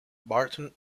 burton